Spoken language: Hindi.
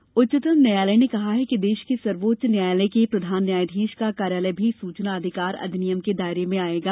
सूचना अधिकार उच्चतम न्यायालय ने कहा है कि देश के सर्वोच्च न्यायालय के न्यायाधीश का कार्यालय भी सूचना अधिकार अधिनियम के दायरे में आयेगा